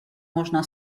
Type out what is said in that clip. można